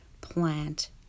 plant